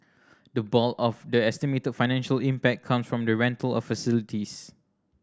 the bulk of the estimated financial impact come from the rental of facilities